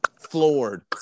floored